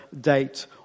date